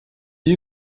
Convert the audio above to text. you